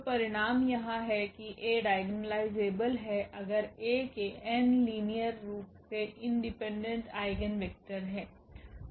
तो परिणाम यहाँ है की A डायगोनालायजेबल है अगर A के n लीनियर रूप से इंडिपेंडेंट आइगेन वेक्टर है